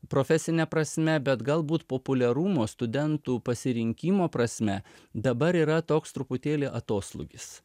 profesine prasme bet galbūt populiarumo studentų pasirinkimo prasme dabar yra toks truputėlį atoslūgis